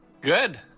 Good